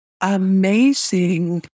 Amazing